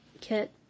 kit